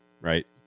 right